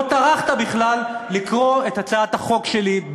לא טרחת בכלל לקרוא את הצעת החוק שלי.